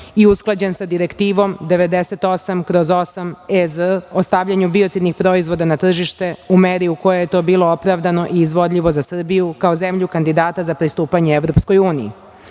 i usklađen je sa Direktivom 98/8 EZ o stavljanju biocidnih proizvoda na tržište u meri u kojoj je to bilo opravdano i izvodljivo za Srbiju kao zemlju kandidata za pristupanje EU.